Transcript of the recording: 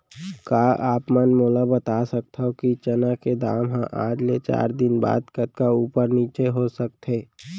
का आप मन मोला बता सकथव कि चना के दाम हा आज ले चार दिन बाद कतका ऊपर नीचे हो सकथे?